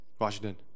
Washington